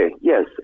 yes